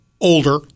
older